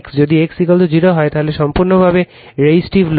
যদি X 0 হয় তাহলে এটি সম্পূর্ণরূপে প্রতিরোধী লোড